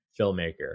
filmmaker